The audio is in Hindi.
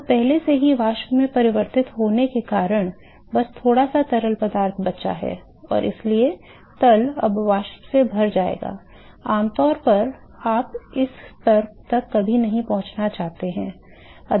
तो पहले से ही वाष्प में परिवर्तित होने के कारण बस थोड़ा सा तरल पदार्थ बचा है और इसलिए तल अब वाष्प से भर जाएगा आमतौर पर आप इस स्तर तक कभी नहीं पहुंचना चाहते हैं